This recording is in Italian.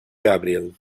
gabriel